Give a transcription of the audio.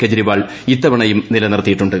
കെജ്രിവാൾ ഇത്തവണയും നിലനിർത്തിയിട്ടുണ്ട്